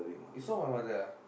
you saw my mother ah